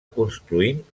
construint